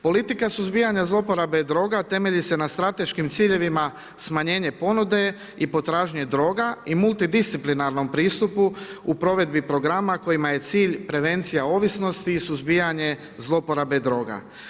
Politika suzbijanja zloporabe droga temelji se na strateškim ciljevima smanjenje ponude i potražnje droga i multidisciplinarnom pristupu u provedbi programa kojima je cilj prevencija ovisnosti i suzbijanje zloporabe droga.